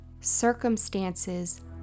Circumstances